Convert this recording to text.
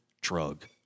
drug